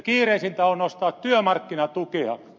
kiireisintä on nostaa työmarkkinatukea